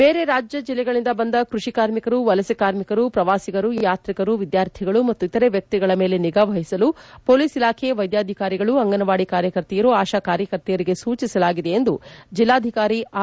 ಬೇರೆ ರಾಜ್ಯ ಜಿಲ್ಲೆಗಳಿಂದ ಬಂದ ಕೃಷಿ ಕಾರ್ಮಿಕರು ವಲಸೆ ಕಾರ್ಮಿಕರು ಪ್ರವಾಸಿಗರು ಯಾತ್ರಿಕರು ವಿದ್ಯಾರ್ಥಿಗಳು ಮತ್ತು ಇತರೆ ವ್ಯಕ್ತಿಗಳ ಮೇಲೆ ನಿಗಾವಹಿಸಲು ಪೋಲೀಸ್ ಇಲಾಖೆ ವ್ವೆದ್ಯಾಧಿಕಾರಿಗಳು ಅಂಗನವಾದಿ ಕಾರ್ಯಕರ್ತೆಯರು ಆಶಾ ಕಾರ್ಯಕರ್ತೆಯರಿಗೆ ಸೂಚಿಸಲಾಗಿದೆ ಎಂದು ಜಿಲ್ಲಾಧಿಕಾರಿ ಆರ್